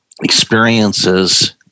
Experiences